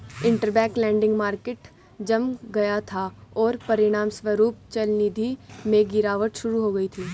interbank lending market जम गया था, और परिणामस्वरूप चलनिधि में गिरावट शुरू हो गई थी